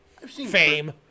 Fame